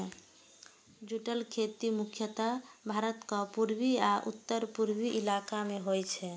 जूटक खेती मुख्यतः भारतक पूर्वी आ उत्तर पूर्वी इलाका मे होइ छै